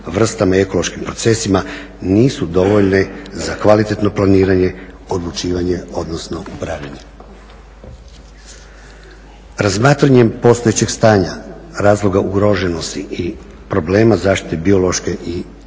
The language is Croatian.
vrstama i ekološkim procesima nisu dovoljni za kvalitetno planiranje, odlučivanje, odnosno upravljanje. Razmatranjem postojećeg stanja razloga ugroženosti i problema zaštite biološke i